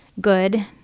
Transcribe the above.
good